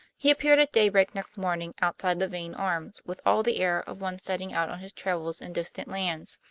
he appeared at daybreak next morning outside the vane arms with all the air of one setting out on his travels in distant lands.